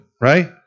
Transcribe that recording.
right